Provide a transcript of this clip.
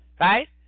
right